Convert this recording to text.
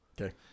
Okay